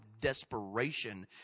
desperation